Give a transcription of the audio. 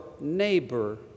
neighbor